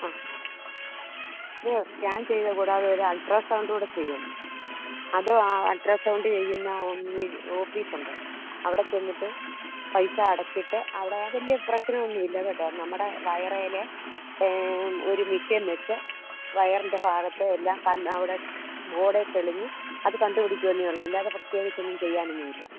അ ഇത് സ്കാൻ ചെയ്തത് കൂടാതെ ഒരു അൾട്രാസൗണ്ട് കൂടെ ചെയ്യണം അത് അൾട്രാസൗണ്ട് ചെയ്യുന്ന ഒന്ന് ഓഫീസ് ഉണ്ട് അവിടെ ചെന്നിട്ട് പൈസ അടച്ചിട്ട് അവിടെ വലിയ പ്രശ്നം ഒന്നും ഇല്ല കേട്ടോ നമ്മുടെ വയറിൽ ഒരു മെഷീൻ വെച്ച് വയറിന്റെ ഭാഗത്ത് എല്ലാം കൺ അവിടെ ബോർഡിൽ ത്തെളിഞ്ഞ് അത് കണ്ടുപിടിക്കുമെന്നേ ഉള്ളൂ അല്ലാതെ പ്രത്യേകിച്ചൊന്നും ചെയ്യാനൊന്നും ഇല്ല